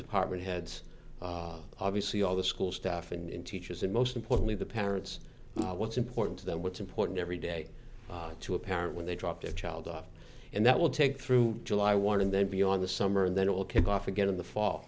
department heads obviously all the school staff and teachers and most importantly the parents know what's important to them what's important every day to a parent when they drop their child off and that will take through july one and then beyond the summer and then it will kick off again in the fall